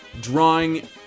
Drawing